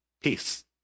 peace